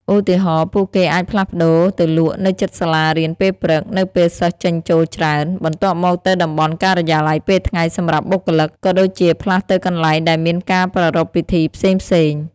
ឧទាហរណ៍ ពួកគេអាចផ្លាស់ទៅលក់នៅជិតសាលារៀនពេលព្រឹក នៅពេលសិស្សចេញចូលច្រើន បន្ទាប់មកទៅតំបន់ការិយាល័យពេលថ្ងៃសម្រាប់បុគ្គលិក ក៏ដូចជាផ្លាស់ទៅកន្លែងដែលមានការប្រារព្ធពិធីផ្សេងៗ។